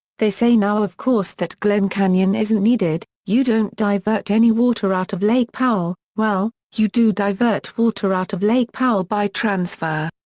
they say now of course that glen canyon isn't needed, you don't divert any water out of lake powell, well, you do divert water out of lake powell by transfer.